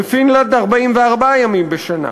בפינלנד, 44 ימים בשנה.